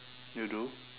you do